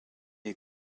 est